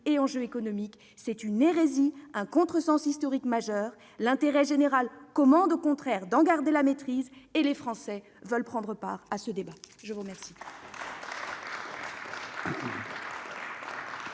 et économiques. C'est une hérésie, un contresens historique majeur ! L'intérêt général commande au contraire d'en garder la maîtrise, et les Français veulent prendre part à ce débat. La parole